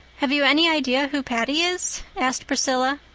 have you any idea who patty is? asked priscilla.